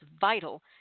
vital